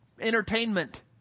entertainment